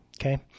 okay